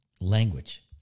language